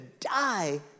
die